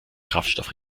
kraftstoff